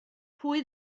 pwy